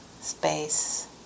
space